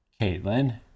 Caitlin